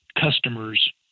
customers